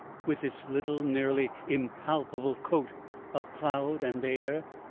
with its little, nearly impalpable coat of cloud and air,